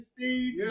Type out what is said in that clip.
Steve